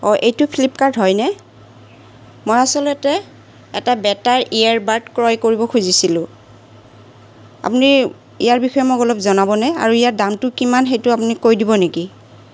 অঁ এইটো ফ্লিপকাৰ্ট হয়নে মই আচলতে এটা বেটাৰ ইয়াৰবাৰ্ড ক্ৰয় কৰিব খুজিছিলোঁ আপুনি ইয়াৰ বিষয়ে মোক অলপ জনাবনে আৰু ইয়াৰ দামটো কিমান সেইটো আপুনি কৈ দিব নেকি